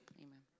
Amen